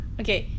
okay